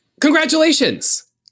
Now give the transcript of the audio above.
Congratulations